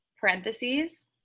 parentheses